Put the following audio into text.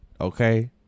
Okay